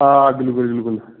آ بِلکُل بِلکُل